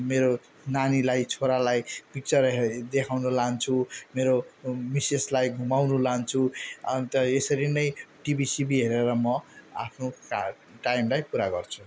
मेरो नानीलाई छोरालाई पिक्चर हे देखाउन लान्छु मेरो मिसेसलाई घुमाउनु लान्छु अन्त यसरी नै टिभी सिबी हेरेर म आफ्नो टा टाइमलाई पुरा गर्छु